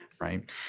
Right